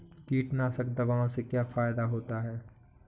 कीटनाशक दवाओं से क्या फायदा होता है?